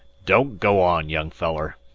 don't go on, young feller.